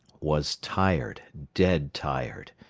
was tired, dead tired.